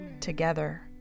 together